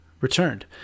returned